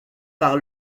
par